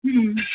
হুম